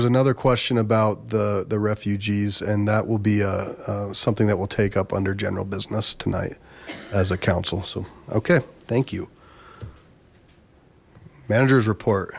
was another question about the the refugees and that will be something that will take up under general business tonight as a council so okay thank you manager's report